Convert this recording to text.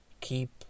keep